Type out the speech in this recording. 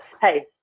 hey